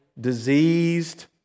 diseased